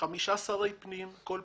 אין